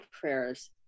prayers